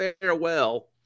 farewell